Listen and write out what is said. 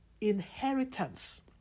inheritance